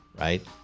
right